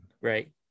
Right